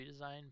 redesign